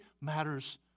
matters